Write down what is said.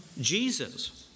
Jesus